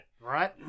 Right